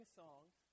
songs